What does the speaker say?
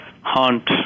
hunt